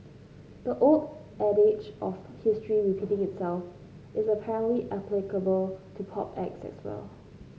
the old adage of history repeating itself is apparently applicable to pop acts as well